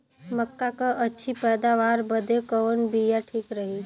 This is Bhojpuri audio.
मक्का क अच्छी पैदावार बदे कवन बिया ठीक रही?